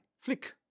flick